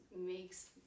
makes